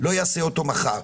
לא יעשה אותו מחר.